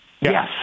Yes